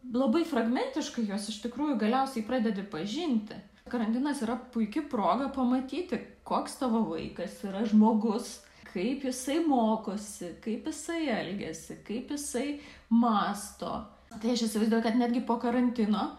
labai fragmentiškai juos iš tikrųjų galiausiai pradedi pažinti karantinas yra puiki proga pamatyti koks tavo vaikas yra žmogus kaip jisai mokosi kaip jisai elgiasi kaip jisai mąsto tai aš įsivaizduoju kad netgi po karantino